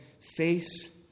face